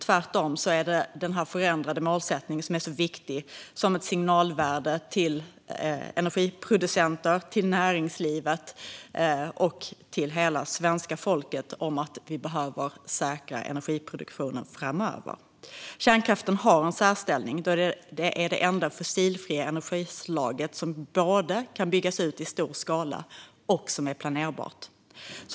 Tvärtom är den förändrade målsättningen viktig som ett signalvärde till energiproducenter, till näringslivet och till hela svenska folket om att vi behöver säkra energiproduktionen framöver. Kärnkraften har en särställning då det är det enda fossilfria energislag som både kan byggas ut i stor skala och är planerbart.